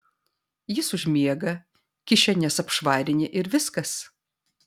jis užmiega kišenes apšvarini ir viskas